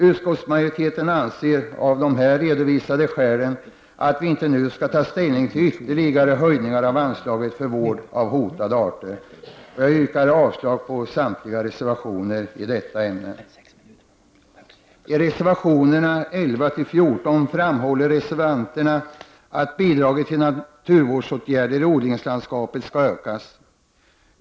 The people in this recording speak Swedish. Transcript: Utskottsmajoriteten anser av de redovisade skälen att vi inte nu skall ta ställning till ytterligare höjning av anslaget för vård av hotade arter. Jag yrkar avslag på samtliga reservationer i detta ämne. I reservationerna 11—14 framhåller reservanterna att bidraget till naturvårdsåtgärder i odlingslandskapet skall ökas.